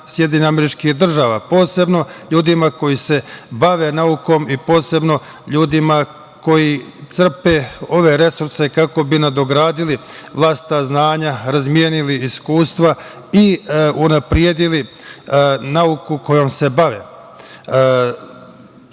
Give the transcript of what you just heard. građanima SAD, posebno ljudima koji se bave naukom i posebno ljudima koji crpe ove resurse kako bi nadogradili vlastita znanja, razmenili iskustva i unapredili nauku kojom se bave. Vrlo